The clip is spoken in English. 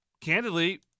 candidly